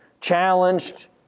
challenged